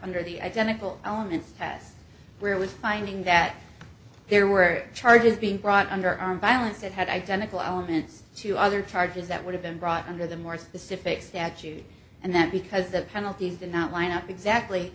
under the identical elements path where it was finding that there were charges being brought under armed violence that had identical elements to other charges that would have been brought under the more specific statute and that because the penalties did not line up exactly